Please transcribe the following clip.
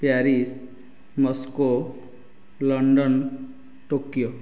Paris Moscow London Tokyo